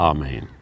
Amen